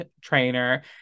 trainer